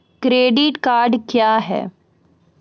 Credit card क्या हैं?